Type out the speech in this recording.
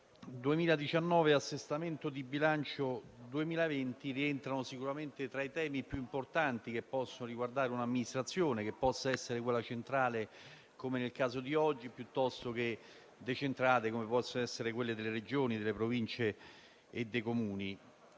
2019 e l'assestamento di bilancio 2020 rientrano sicuramente tra i temi più importanti che riguardano un'amministrazione, che possa essere quella centrale, come nel caso di oggi, piuttosto che decentrata, come le amministrazioni delle Regioni, delle Province e dei Comuni.